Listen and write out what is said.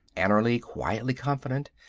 annerly quietly confident,